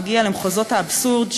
מגיע למחוזות האבסורד,